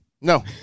No